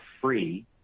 free